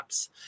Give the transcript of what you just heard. apps